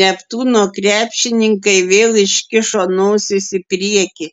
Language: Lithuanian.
neptūno krepšininkai vėl iškišo nosis į priekį